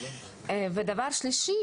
דבר שלישי,